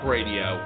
Radio